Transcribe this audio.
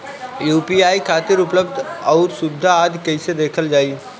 UPI खातिर उपलब्ध आउर सुविधा आदि कइसे देखल जाइ?